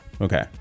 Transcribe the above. Okay